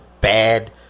bad